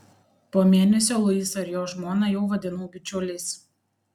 po mėnesio luisą ir jo žmoną jau vadinau bičiuliais